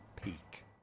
peak